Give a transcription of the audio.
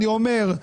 אני אומר,